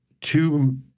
two